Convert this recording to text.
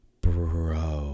Bro